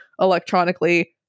electronically